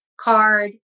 card